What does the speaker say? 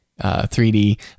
3D